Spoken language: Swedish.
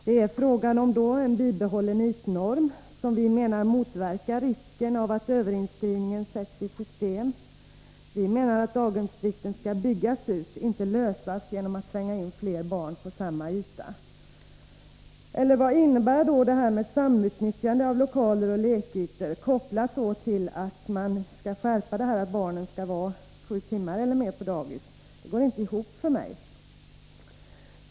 Det är då fråga om en bibehållen ytnorm, som vi menar motverkar risken för att överinskrivningen sätts i system. Vi menar att daghemsbristen skall byggas bort, inte lösas genom att man tränger in fler barn på samma yta. Eller vad innebär det här med samutnyttjande av lokaler och lekytor, kopplat till att man skall skärpa kravet på att barnen skall vara sju timmar eller mer på daghem? Det går inte ihop för mig.